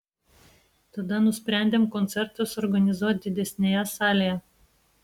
tada nusprendėm koncertą suorganizuot didesnėje salėje